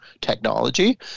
technology